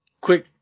quick